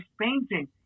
painting